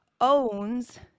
owns